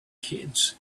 kids